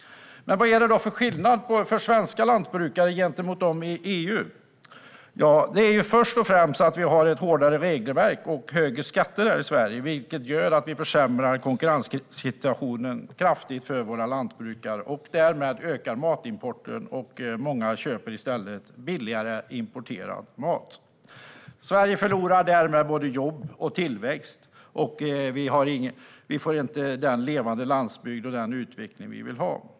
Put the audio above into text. Vad är det då för skillnad för svenska lantbrukare gentemot dem i EU? Det är först och främst att vi har ett hårdare regelverk och högre skatter här i Sverige, vilket försämrar konkurrenssituationen kraftigt för våra lantbrukare. Därmed ökar matimporten, och många köper i stället billigare importerad mat. Sverige förlorar därmed både jobb och tillväxt, och vi får inte den levande landsbygd och den utveckling vi vill ha.